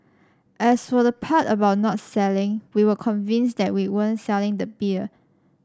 as for the part about not selling we were convinced that we weren't selling the beer